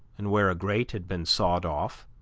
and where a grate had been sawed off,